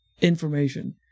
information